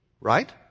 Right